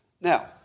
Now